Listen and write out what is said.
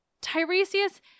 Tiresias